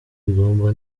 bigomba